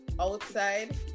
outside